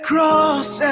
cross